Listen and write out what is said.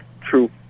true